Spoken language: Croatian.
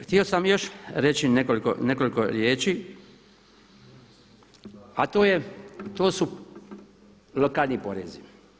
Htio sam još reći nekoliko riječi a to je, to su lokalni porezi.